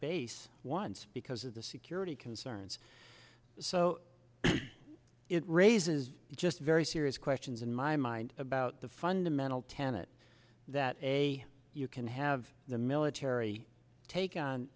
base once because of the security concerns so it raises just very serious questions in my mind about the fundamental tenet that a you can have the military take on